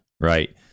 right